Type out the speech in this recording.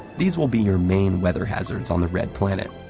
these will be your main weather hazards on the red planet.